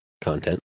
content